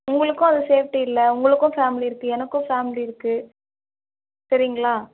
உங்களுக்கும் அது சேஃப்டி இல்லை உங்களுக்கும் ஃபேம்லி இருக்கு எனக்கும் ஃபேம்லி இருக்கு சரிங்களா